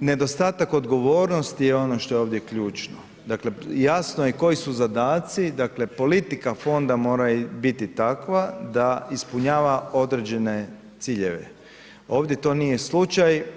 nedostatak odgovornosti je ono što je ovdje ključno, dakle jasno je koji su zadaci, dakle politika fonda mora biti takva da ispunjava određene ciljeve, ovdje to nije slučaj.